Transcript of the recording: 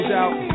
out